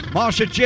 Marsha